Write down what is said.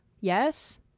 Yes